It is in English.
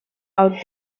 out